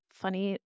funny